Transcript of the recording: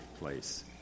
place